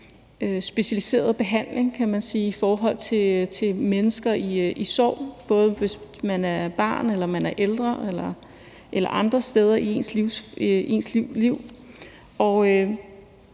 specialiseret behandling, kan man sige, i forhold til mennesker i sorg, både hvis man er barn og man er ældre, eller man er andre steder i ens liv,